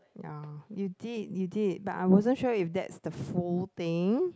ya you did you did but I wasn't sure if that's the full thing